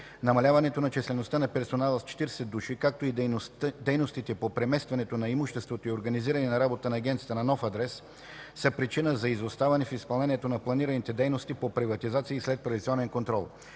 Намаляването на числеността на персонала с 40 души, както и дейностите по преместване на имуществото и организиране на работата на Агенцията на нов адрес са причина за изоставане в изпълнението на планираните дейности по приватизация и следприватизационен контрол.